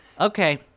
Okay